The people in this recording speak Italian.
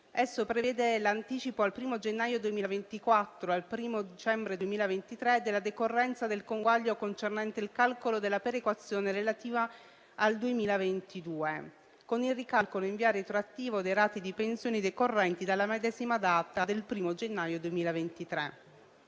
Esso prevede l'anticipo al primo gennaio 2024 e al primo dicembre 2023 della decorrenza del conguaglio concernente il calcolo della perequazione relativa al 2022, con il ricalcolo in via retroattiva dei ratei di pensioni decorrenti dalla medesima data del primo gennaio 2023.